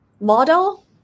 model